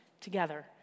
together